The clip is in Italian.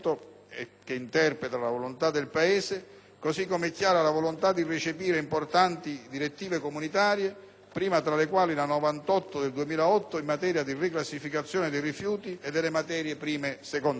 che interpreta la volontà del Paese, così come è chiara la volontà di recepire importanti direttive comunitarie, prima tra le quali la n. 98 del 2008 in materia di riclassificazione dei rifiuti e delle materie prime-secondarie.